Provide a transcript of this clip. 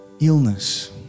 illness